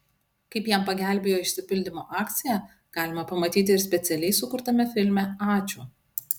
kaip jam pagelbėjo išsipildymo akcija galima pamatyti ir specialiai sukurtame filme ačiū